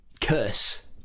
curse